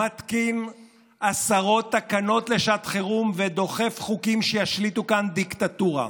מתקין עשרות תקנות לשעת חירום ודוחף חוקים שישליטו כאן דיקטטורה.